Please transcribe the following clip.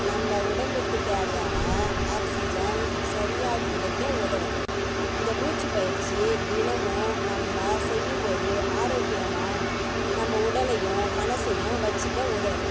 நம்ம உடம்புக்கு தேவையான ஆக்ஸிஜன் சரியாக கிடைக்க உதவும் இந்த மூச்சுப் பயிற்சி தினமும் நம்ம செய்யும் போது ஆரோக்கியமாக நம்ப உடலையும் மனசையும் வச்சுக்க உதவும்